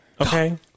Okay